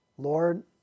Lord